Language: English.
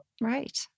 Right